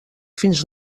fins